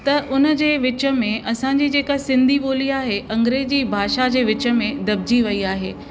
त उन जे विच में असांजी जेका सिंधी ॿोली आहे अंग्रेजी भाषा जे विच में दॿिजी वई आहे